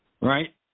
Right